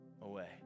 away